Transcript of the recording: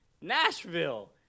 Nashville